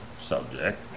subject